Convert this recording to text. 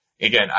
Again